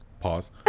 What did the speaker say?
Pause